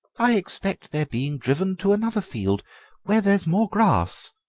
i expect they are being driven to another field where there is more grass,